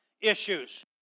issues